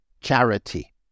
charity